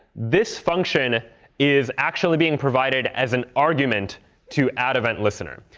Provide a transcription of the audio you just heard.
this function is actually being provided as an argument to add event listener.